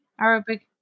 Arabic